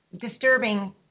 Disturbing